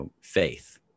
faith